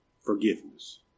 forgiveness